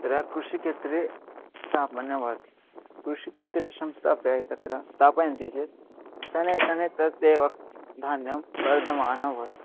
तदा कृषिक्षेत्रे स्थापनीयं भवति कृषिक्षेत्रे संस्थाप्य तत्र स्थापयन्ति चेत् शनैः शनैः तदेव धान्यं वर्धमानं भवति